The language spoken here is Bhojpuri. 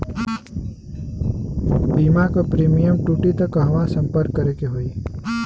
बीमा क प्रीमियम टूटी त कहवा सम्पर्क करें के होई?